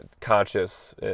conscious